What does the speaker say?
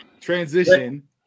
transition